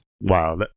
Wow